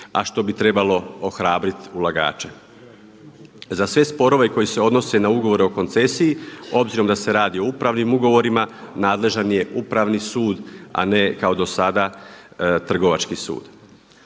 a što bi trebalo ohrabriti ulagače. Za sve sporove koje se odnose na ugovore o koncesiji obzirom da se radi o upravnim ugovorima, nadležan je Upravni sud, a ne kao do sada Trgovački sud.